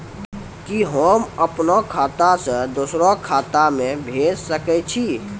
कि होम आप खाता सं दूसर खाता मे भेज सकै छी?